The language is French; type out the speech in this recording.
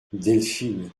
delphine